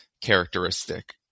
characteristic